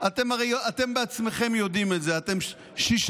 אתם עצמכם יודעים את זה: אתם שישה